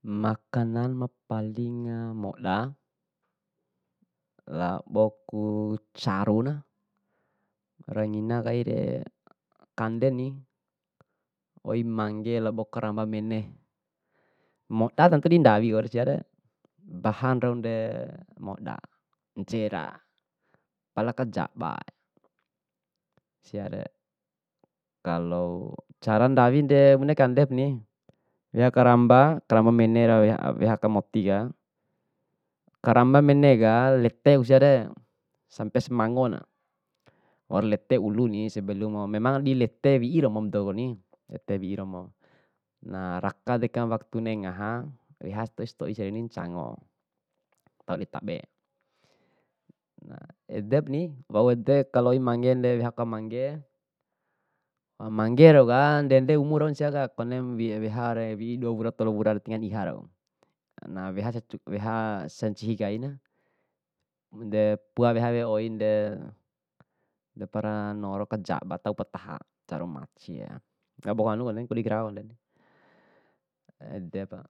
makanan ma paling moda laboku caruna, rangina kaere kandeni oi mangge labo karamba mene, moda ndawi wali siare, bahan raunde moda ncera, pala kajabae, siare. Kalo cara ndawinde bune kandep ni, weha karamba, karamba mene rau weha aka motika karamba meneka leteku siare sampaisi mangona, waura lete uluni sebelum memang dilete wi'i romom badouni, lete romo. Na raka dekamu waktu ne'e ngaha wea satoi toi siani cango, tau ditabe. Nah edepeni, wau ede kalo oi manggende weha aka mangge, mangge rauka ndende umur rau siaka, ba ne'em wehare wi'i dua wura tolu wura tiloana iha rau, na weha weha sancihi kaina, de pua weha wea oinde depara noro kacaba, tau pataha caru macie edepa,